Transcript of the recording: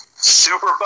Super